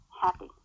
happy